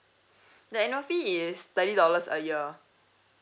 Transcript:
the annual fee is thirty dollars a year